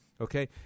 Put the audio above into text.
Okay